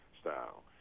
style